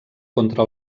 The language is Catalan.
contra